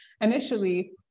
initially